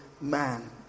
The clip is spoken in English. man